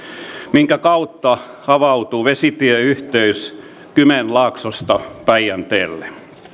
minkä kautta avautuu vesitieyhteys kymenlaaksosta päijänteelle